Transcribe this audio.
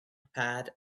pad